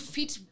Fit